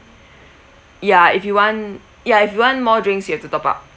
ya if you want ya if you want more drinks you've to top up